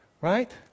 right